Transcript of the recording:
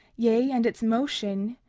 yea, and its motion,